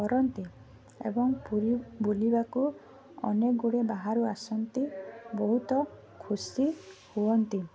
କରନ୍ତି ଏବଂ ପୁରୀ ବୁଲିବାକୁ ଅନେକଗୁଡ଼ିଏ ବାହାରୁ ଆସନ୍ତି ବହୁତ ଖୁସି ହୁଅନ୍ତି